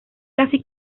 casi